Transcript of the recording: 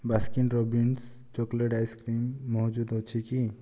Baskin Robbins chocolate ice cream ମହଜୁଦ ଅଛି କି